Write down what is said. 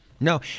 No